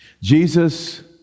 Jesus